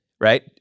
right